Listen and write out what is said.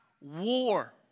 war